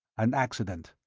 an accident.